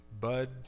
bud